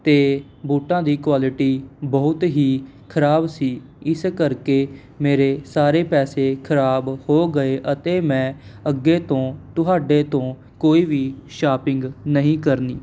ਅਤੇ ਬੂਟਾਂ ਦੀ ਕੁਆਲਿਟੀ ਬਹੁਤ ਹੀ ਖਰਾਬ ਸੀ ਇਸ ਕਰਕੇ ਮੇਰੇ ਸਾਰੇ ਪੈਸੇ ਖਰਾਬ ਹੋ ਗਏ ਅਤੇ ਮੈਂ ਅੱਗੇ ਤੋਂ ਤੁਹਾਡੇ ਤੋਂ ਕੋਈ ਵੀ ਸ਼ਾਪਿੰਗ ਨਹੀਂ ਕਰਨੀ